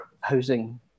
housing